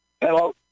Hello